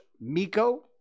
Miko